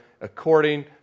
according